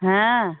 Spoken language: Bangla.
হ্যাঁ